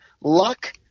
luck